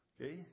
Okay